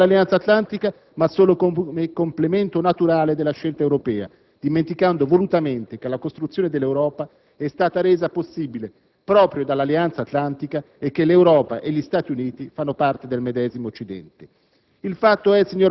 Afferma di guardare all'Alleanza Atlantica, ma solo come complemento naturale della scelta europea, dimenticando volutamente che la costruzione dell'Europa è stata resa possibile proprio dall'Alleanza Atlantica e che l'Europa e gli Stati Uniti fanno parte del medesimo Occidente.